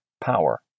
power